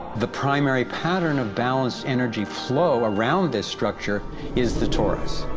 the primary pattern of balanced energy flow around this structure is the torus.